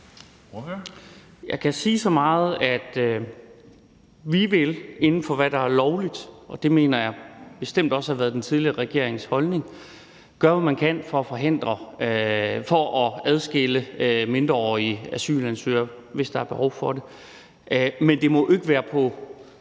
Jeg kan sige så meget, at vi vil, inden for hvad der er lovligt, og det mener jeg bestemt også har været den tidligere regerings holdning, gøre, hvad vi kan for at adskille mindreårige asylansøgere, hvis der er behov for det. Men vi må ikke kaste